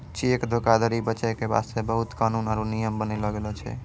cheque धोखाधरी बचै के बास्ते बहुते कानून आरु नियम बनैलो गेलो छै